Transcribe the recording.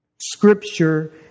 scripture